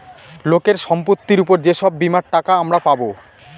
লোকের সম্পত্তির উপর যে সব বীমার টাকা আমরা পাবো